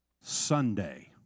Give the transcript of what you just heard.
Sunday